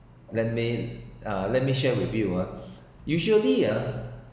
let me uh let me share with you ah usually ah